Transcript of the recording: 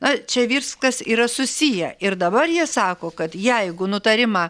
na čia viskas yra susiję ir dabar jie sako kad jeigu nutarimą